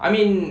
I mean